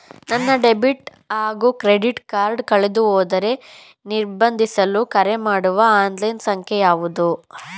ನನ್ನ ಡೆಬಿಟ್ ಹಾಗೂ credit card ಕಳೆದುಹೋದರೆ ನಿರ್ಬಂಧಿಸಲು ಕರೆಮಾಡುವ ಆನ್ಲೈನ್ ಸಂಖ್ಯೆಯಾವುದು?